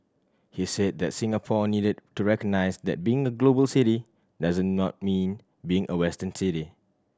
he said that Singapore needed to recognise that being a global city does not mean being a Western city